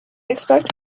expect